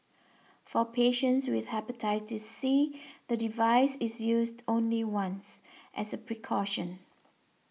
for patients with Hepatitis C the device is used only once as a precaution